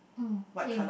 mm same